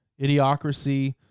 Idiocracy